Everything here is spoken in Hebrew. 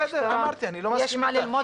בסדר, אמרתי, אני לא מסכים איתך.